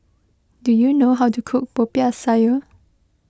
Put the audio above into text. do you know how to cook Popiah Sayur